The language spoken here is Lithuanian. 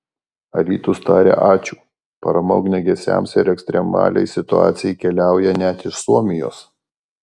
alytus taria ačiū parama ugniagesiams ir ekstremaliai situacijai keliauja net iš suomijos